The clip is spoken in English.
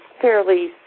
fairly